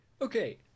Okay